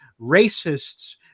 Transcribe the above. racists